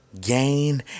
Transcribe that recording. gain